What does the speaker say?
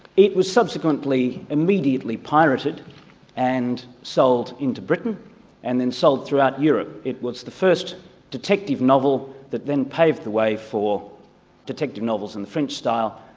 it was subsequently immediately pirated and sold into britain and then sold throughout europe. it was the first detective novel that then paved the way for detective novels in the french style,